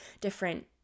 different